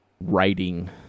writing